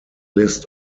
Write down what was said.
list